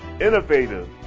innovative